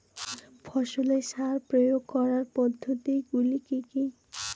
ফসলে সার প্রয়োগ করার পদ্ধতি গুলি কি কী?